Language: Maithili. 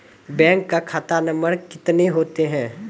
बैंक का खाता नम्बर कितने होते हैं?